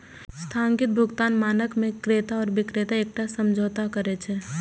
स्थगित भुगतान मानक मे क्रेता आ बिक्रेता एकटा समझौता करै छै